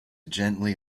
gently